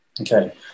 Okay